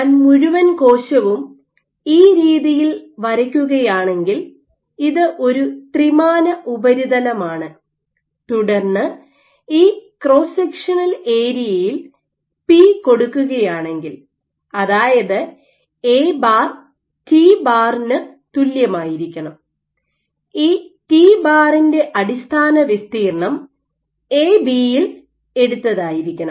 ഞാൻ മുഴുവൻ കോശവും ഈ രീതിയിൽ വരയ്ക്കുകയാണെങ്കിൽ ഇത് ഒരു ത്രിമാന ഉപരിതലമാണ് തുടർന്ന് ഈ ക്രോസ് സെക്ഷണൽ ഏരിയയിൽ പി കൊടുക്കുകയാണെങ്കിൽ അതായത് A̅ t̅ ക്ക് തുല്യമായിരിക്കണം ഈ t̅ ൻറെ അടിസ്ഥാന വിസ്തീർണ്ണം എ ബി യിൽ എടുത്തതായിരിക്കണം